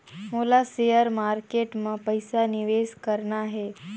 मोला share market मां पइसा निवेश करना हे?